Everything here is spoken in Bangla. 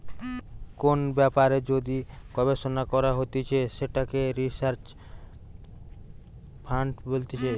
কোন ব্যাপারে যদি গবেষণা করা হতিছে সেটাকে রিসার্চ ফান্ড বলতিছে